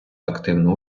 активну